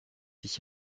dich